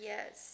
Yes